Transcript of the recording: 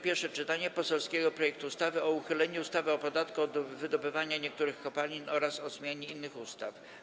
Pierwsze czytanie poselskiego projektu ustawy o uchyleniu ustawy o podatku od wydobycia niektórych kopalin oraz o zmianie innych ustaw.